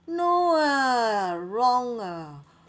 no ah wrong ah